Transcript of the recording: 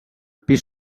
pis